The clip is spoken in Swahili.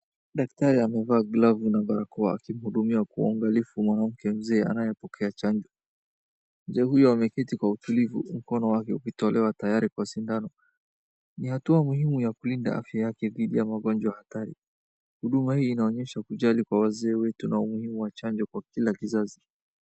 Daktari amevaa glavu na barakoa akimhudumia kwa uangalifu mwanamke mzee anayepokea chanjo. Mzee huyo ameketi kwa utulivu mkono wake ukitolewa tayari kwa sindano. Ni hatua muhimu ya kulinda afya yake dhidi ya magonjwa hatari. Huduma hii inaonyesha kujali kwa wazee wetu na umuhimu wa chanjo kwa kila kizazi.